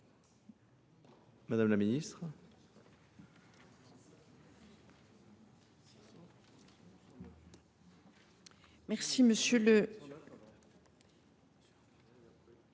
Mme la ministre.